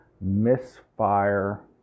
misfire